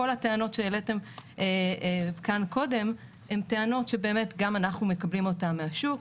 כל הטענות שהעליתם כאן קודם הן טענות שבאמת גם אנחנו מקבלים אותן מהשוק.